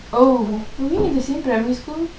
oh were we in the same primary school